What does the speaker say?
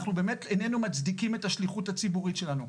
אנחנו באמת איננו מצדיקים את השליחות הציבורית שלנו.